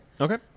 Okay